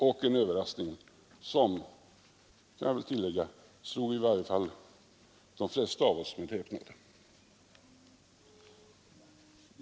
Och en överraskning, kan jag tillägga, som slog i varje fall de flesta av oss med häpnad.